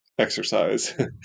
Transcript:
exercise